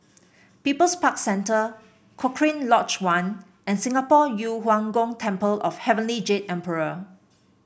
People's Park Center Cochrane Lodge One and Singapore Yu Huang Gong Temple of Heavenly Jade Emperor